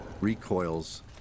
recoils